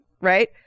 Right